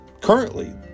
Currently